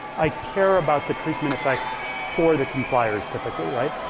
i care about the treatment effect for the compliers typically, right?